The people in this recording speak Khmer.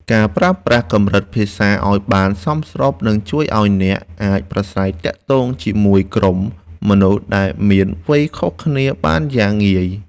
ការប្រើប្រាស់កម្រិតភាសាឱ្យបានសមស្របនឹងជួយឱ្យអ្នកអាចប្រាស្រ័យទាក់ទងជាមួយក្រុមមនុស្សដែលមានវ័យខុសគ្នាបានយ៉ាងងាយស្រួល។